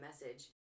message